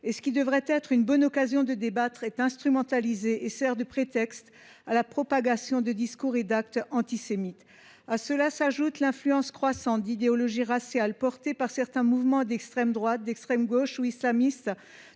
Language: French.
Ce qui devrait être une bonne occasion de débattre est instrumentalisé et sert de prétexte à la propagation de discours et d’actes antisémites. À cela s’ajoute l’influence croissante d’idéologies raciales portées par certains mouvements d’extrême droite, d’extrême gauche ou islamistes,